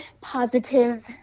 positive